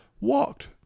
Walked